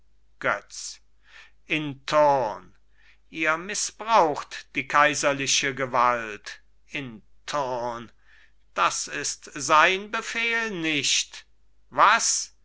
götz in turn ihr mißbraucht die kaiserliche gewalt in turn das ist sein befehl nicht was mir